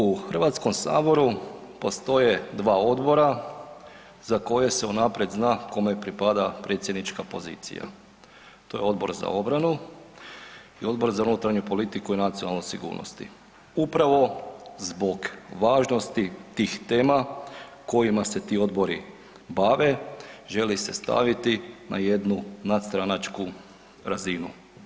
U Hrvatskom saboru postoje dva Odbora za koje se unaprijed zna kome pripada predsjednička pozicija, to je Odbor za obranu i Odbor za unutarnju politiku i nacionalnu sigurnost, upravo zbog važnosti tih tema kojima se ti Odbori bave želi se staviti na jednu nadstranačku razinu.